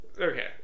okay